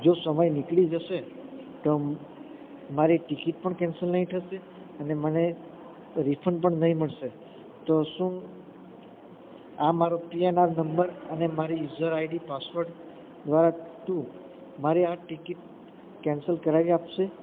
જો સમય નીકળી જશે તો મારી ટિકિટ પણ કેન્સલ નઈ થશે અને મને રીફન્ડ પણ નહીં મળશે તો શું આ મારો પીએનઆર નંબર અને મારી યુઝર આઈડી પાસવર્ડ દ્વારા તું મારી આ ટિકિટ કેન્સલ કરાવી આપશે